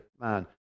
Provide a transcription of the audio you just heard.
man